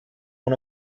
own